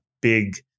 big